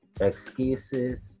excuses